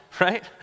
right